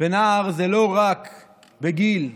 ו"נער" זה לא רק בגיל,